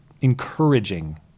encouraging